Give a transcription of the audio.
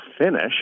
finish